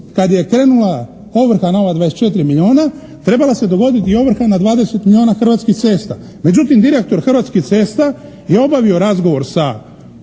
kad je krenula ovrha na ova 24 milijuna, trebala se dogoditi i ovrha na 20 milijuna Hrvatskih cesta. Međutim, direktor Hrvatskih cesta je obavio razgovor sa